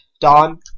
Don